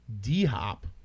D-Hop